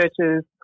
churches